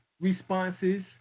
responses